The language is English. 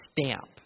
stamp